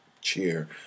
cheer